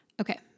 Okay